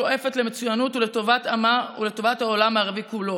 השואפת למצוינות לטובת עמה ולטובת העולם הערבי כולו.